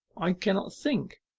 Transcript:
i cannot think.